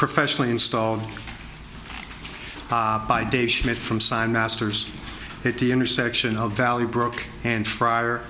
professionally installed by day schmidt from sign masters at the intersection of valley broke and fr